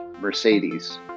Mercedes